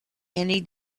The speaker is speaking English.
any